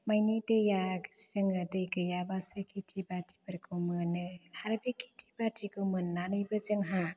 मानि दैया जोङो दै गैयाबा सायखिथि बाथिफोरखौ मोनो आरो बे खिथि बाथिखौ मोन्नानैबो जोंहा